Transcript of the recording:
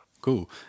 Cool